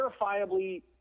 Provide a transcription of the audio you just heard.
verifiably